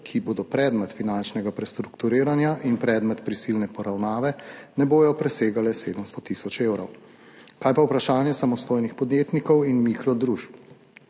ki bodo predmet finančnega prestrukturiranja in predmet prisilne poravnave, ne bodo presegale 700 tisoč evrov. Kaj pa je vprašanje samostojnih podjetnikov in mikro družb?